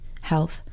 Health